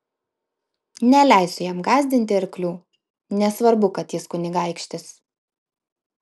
neleisiu jam gąsdinti arklių nesvarbu kad jis kunigaikštis